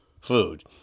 food